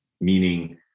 meaning